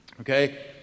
Okay